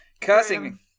cursing